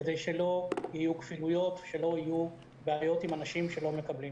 כדי שלא יהיו כפילויות וכדי שלא יהיו בעיות עם אנשים שלא מקבלים.